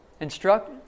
instruct